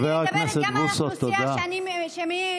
כי אני מדברת גם על האוכלוסייה שאני מייצגת,